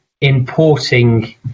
importing